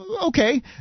okay